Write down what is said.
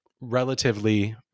relatively